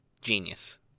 genius